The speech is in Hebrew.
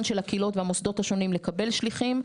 של הקהילות והמוסדות השונים לקבל שליחים,